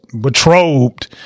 betrothed